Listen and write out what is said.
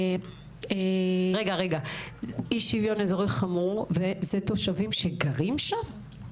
רגע רגע, אלה תושבים שגרים שם?